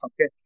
Okay